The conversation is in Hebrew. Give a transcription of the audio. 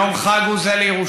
יום חג הוא זה לירושלים,